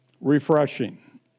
refreshing